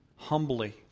humbly